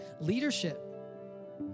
Leadership